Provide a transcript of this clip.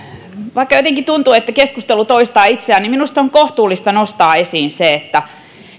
vaikka jotenkin tuntuu että keskustelu toistaa itseään niin minusta on kohtuullista nostaa esiin se että